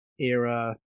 era